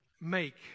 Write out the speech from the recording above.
make